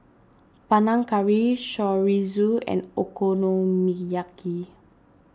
Panang Curry Chorizo and Okonomiyaki